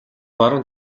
баруун